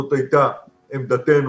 זאת הייתה עמדתנו